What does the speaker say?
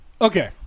Okay